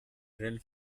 real